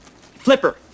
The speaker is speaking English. Flipper